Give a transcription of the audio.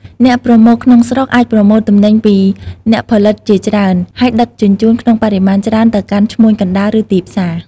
អ្នកប្រមូលក្នុងស្រុកអាចប្រមូលទំនិញពីអ្នកផលិតជាច្រើន ហើយដឹកជញ្ជូនក្នុងបរិមាណច្រើនទៅកាន់ឈ្មួញកណ្តាល ឬទីផ្សារ។